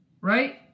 Right